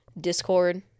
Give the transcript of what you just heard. Discord